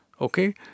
okay